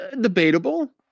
Debatable